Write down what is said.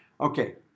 Okay